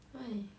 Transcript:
why